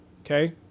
Okay